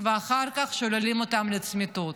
ואחר כך שוללים אותן לצמיתות.